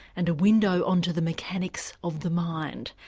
and a window on to the mechanics of the mind.